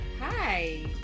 hi